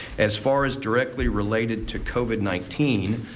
as far as directly related to covid nineteen,